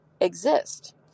exist